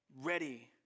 ready